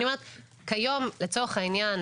אני אומרת שכיום לצורך העניין,